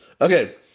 Okay